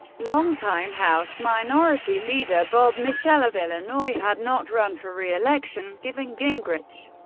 long-time house minority leader bob michel of illinois had not run for re-election, giving gingrich,